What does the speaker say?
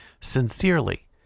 Sincerely